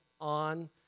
on